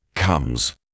Comes